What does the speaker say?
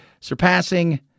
surpassing